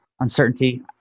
uncertainty